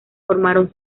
formaron